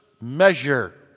measure